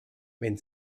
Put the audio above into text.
wenn